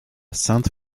sainte